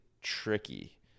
tricky